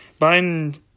Biden